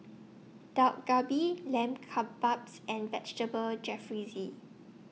Dak Galbi Lamb Kebabs and Vegetable Jalfrezi